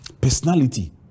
personality